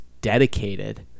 dedicated